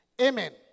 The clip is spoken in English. Amen